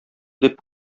дип